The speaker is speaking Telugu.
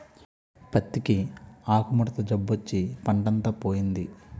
పత్తికి ఆకుముడత జబ్బొచ్చి పంటంతా పోయింది